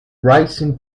rising